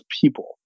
people